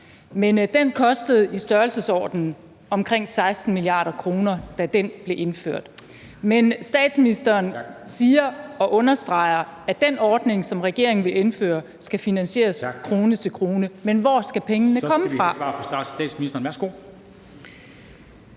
Den kostede i størrelsesordenen 16 mia. kr., da den blev indført, og statsministeren siger og understreger, at den ordning, som regeringen vil indføre, skal finansieres krone til krone. Men hvor skal pengene komme fra? Kl. 23:35 Formanden (Henrik